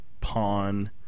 pawn